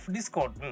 Discord